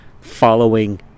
following